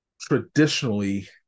traditionally